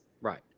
Right